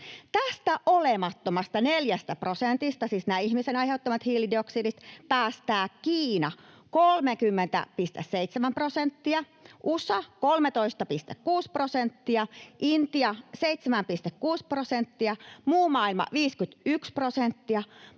Tästä olemattomasta 4 prosentista, siis tästä ihmisen aiheuttamasta hiilidioksidista, päästää Kiina 30,7 prosenttia, USA 13,6 prosenttia, Intia 7,6 prosenttia, muu maailma 51 prosenttia,